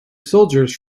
soldiers